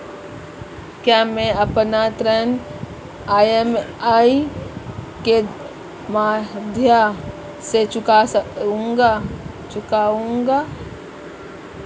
क्या मैं अपना ऋण ई.एम.आई के माध्यम से चुकाऊंगा?